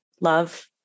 love